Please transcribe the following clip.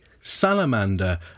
salamander